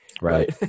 right